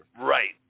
Right